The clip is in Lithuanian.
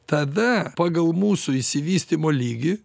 tada pagal mūsų išsivystymo lygį